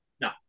No